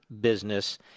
business